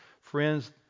Friends